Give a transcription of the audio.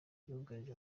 yugarije